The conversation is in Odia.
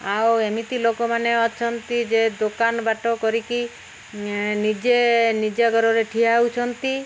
ଆଉ ଏମିତି ଲୋକମାନେ ଅଛନ୍ତି ଯେ ଦୋକାନ ବାଟ କରିକି ନିଜେ ନିଜ ଗୋଡ଼ରେ ଠିଆ ହେଉଛନ୍ତି